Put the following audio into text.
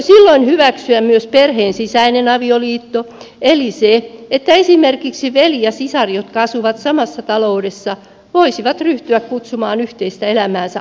pitäisikö silloin hyväksyä myös perheen sisäinen avioliitto eli se että esimerkiksi veli ja sisar jotka asuvat samassa taloudessa voisivat ryhtyä kutsumaan yhteistä elämäänsä avioliitoksi